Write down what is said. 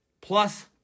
plus